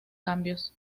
cambios